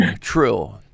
true